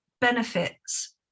benefits